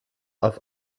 auf